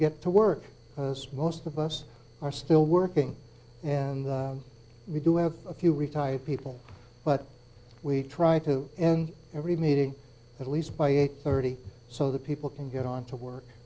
get to work because most of us are still working and we do have a few retired people but we try to and every meeting at least by eight thirty so that people can get on to work